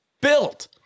built